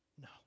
No